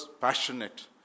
passionate